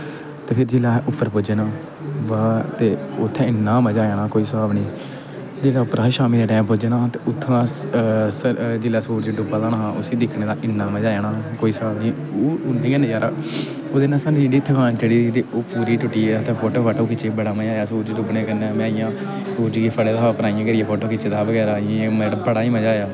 ते फिर जिसलै अस उप्पर पुज्जे ना ते बड़ा ते उत्थै इ'न्ना मजा आया ना कोई साह्ब नीं जिसलै आहें उप्परां शामीं दे टैम पुज्जना हा उत्थु'आं जिसलै सूरज डुबादा हा ना उसी दिक्खने दा इ'न्ना मजा आया ना कोई साह्ब नीं ते उप्परा आहीं शामीं दे टैम पुज्जे ना ते उत्थुआं दा जिसलै सूरज डुबादा हा उसी दिक्खने दा इ'न्ना मजा आया ना कोई साह्ब नीं उ'न्ना गै नजारा उ'दे कन्नै साढ़ी जेह्ड़ी थकान चढ़ी दी ओह् पूरी टूटियै ते फोटो फाटो खिच्चियै बड़ा मजा आया में सूरज गी इ'यां फड़ेदा हा इ'यां करियै फोटो खिच्चे दा हा बगैरा बड़ा ही मजा आया